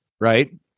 right